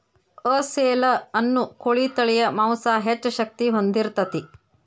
ಅಸೇಲ ಅನ್ನು ಕೋಳಿ ತಳಿಯ ಮಾಂಸಾ ಹೆಚ್ಚ ಶಕ್ತಿ ಹೊಂದಿರತತಿ